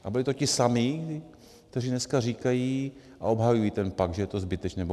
A byli to ti samí, kteří dneska říkají a obhajují ten pakt že je to zbytečné.